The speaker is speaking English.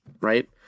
right